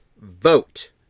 Vote